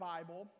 Bible